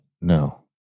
no